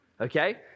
okay